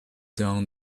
down